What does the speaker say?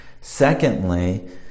Secondly